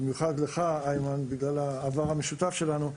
במיוחד לך איימן בגלל העבר המשותף שלנו,